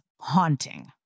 haunting